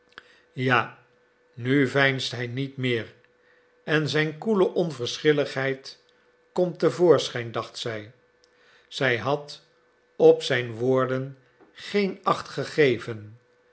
ja nu veinst hij niet meer en zijn koele onverschilligheid komt te voorschijn dacht zij zij had op zijn woorden geen acht gegeven